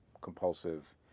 compulsive